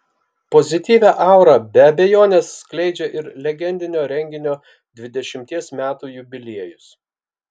pozityvią aurą be abejonės skleidžia ir legendinio renginio dvidešimties metų jubiliejus